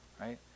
right